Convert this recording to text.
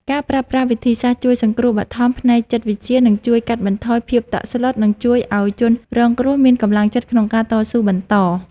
ការប្រើប្រាស់វិធីសាស្ត្រជួយសង្គ្រោះបឋមផ្នែកចិត្តវិទ្យានឹងជួយកាត់បន្ថយភាពតក់ស្លុត និងជួយឱ្យជនរងគ្រោះមានកម្លាំងចិត្តក្នុងការតស៊ូបន្ត។